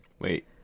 wait